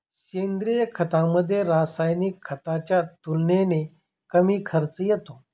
सेंद्रिय खतामध्ये, रासायनिक खताच्या तुलनेने कमी खर्च येतो